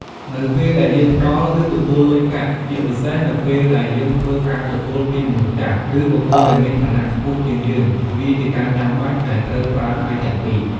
នៅពេលដែលយើងផ្តល់ ឬទទួលលុយកាក់ ជាពិសេសនៅពេលដែលយើងធ្វើការទទួលពីមនុស្សចាស់ ឬបុគ្គលដែលមានឋានៈខ្ពស់ជាងយើង វាជាការចាំបាច់ដែលត្រូវប្រើដៃទាំងពីរ។